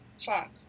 Fuck